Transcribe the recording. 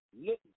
look